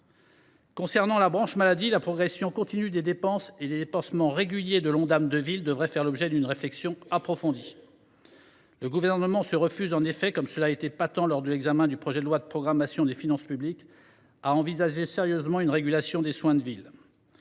Concernant la branche maladie, la progression continue des dépenses et les dépassements réguliers de l’Ondam de ville devraient faire l’objet d’une réflexion approfondie. En effet, le Gouvernement se refuse – cela a été patent lors de l’examen du projet de loi de programmation des finances publiques – à envisager sérieusement une régulation des soins de ville.